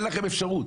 אין לכם אפשרות.